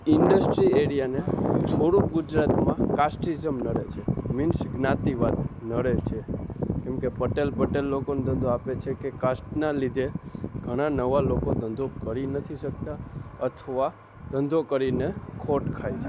industry એરિયાને થોડુંક ગુજરાતમાં કાસ્ટીઝમ નડે છે મિન્સ જ્ઞાતિ વાદ નડે છે કેમ કે પટેલ પટેલ લોકોનો ધંધો આપે છે કે કાસ્ટના લીધે ઘણા નવા લોકો ધંધો કરી નથી શકતા અથવા ધંધો કરીને ખોટ ખાય છે